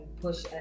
push